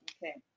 Okay